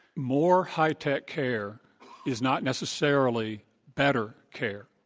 more high tech care is not necessarily better care.